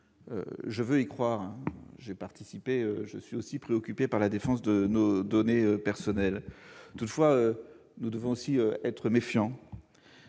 Je veux y croire, car je suis également préoccupé par la défense de nos données personnelles. Toutefois, nous devons aussi être méfiants.